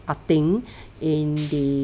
I think in the